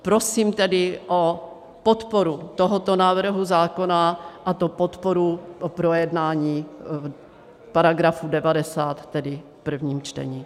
Prosím tedy o podporu tohoto návrhu zákona, a to podporu projednání v § 90, tedy v prvním čtení.